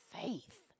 faith